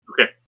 Okay